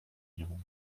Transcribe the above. nią